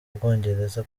bwongereza